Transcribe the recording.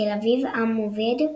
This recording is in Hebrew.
תל אביב עם עובד,